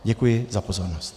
Děkuji za pozornost.